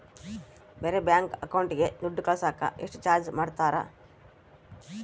ಬೇರೆ ಬ್ಯಾಂಕ್ ಅಕೌಂಟಿಗೆ ದುಡ್ಡು ಕಳಸಾಕ ಎಷ್ಟು ಚಾರ್ಜ್ ಮಾಡತಾರ?